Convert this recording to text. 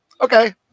okay